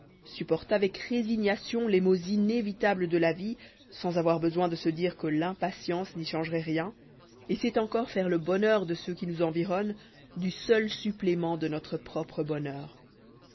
supporte avec résignation les maux inévitables de la vie sans avcir besoin de se dire que l'impatience n'y changeroit rien et sait encore faire le bonheur de ceuxquinous environnent du sea supplément de notre propre bonheur